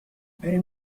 بریم